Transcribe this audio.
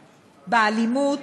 באלימות,